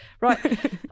right